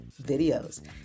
videos